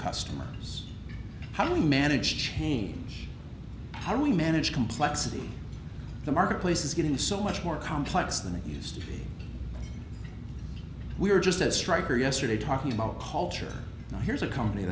customers how do we manage change how do we manage complexity the marketplace is getting so much more complex than it used to we're just as striker yesterday talking about culture here's a company